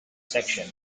section